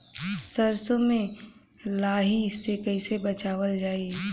सरसो में लाही से कईसे बचावल जाई?